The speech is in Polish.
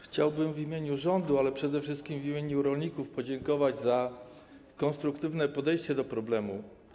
Chciałbym w imieniu rządu, ale przede wszystkim w imieniu rolników podziękować za konstruktywne podejście do problemu.